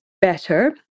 better